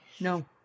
No